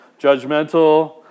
judgmental